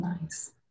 Nice